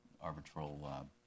arbitral